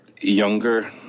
younger